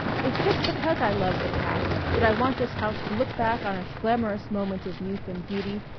it's just because i love the past that i want this house to look back on its glamourous moment of youth and beauty,